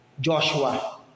Joshua